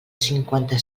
cinquanta